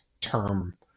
term